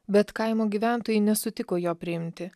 bet kaimo gyventojai nesutiko jo priimti